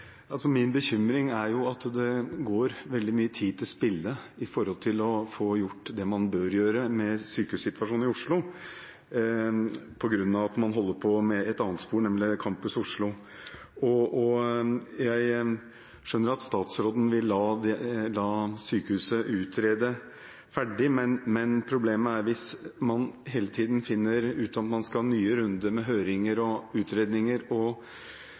Min bekymring er at det går veldig mye tid til spille med hensyn til å få gjort det man bør gjøre med sykehussituasjonen i Oslo, på grunn av at man holder på med et annet spor, nemlig Campus Oslo. Jeg skjønner at statsråden vil la sykehuset bli ferdig utredet, men det er et problem hvis man hele tiden finner ut at man skal ha nye runder med høringer og utredninger